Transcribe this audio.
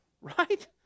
Right